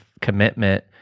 commitment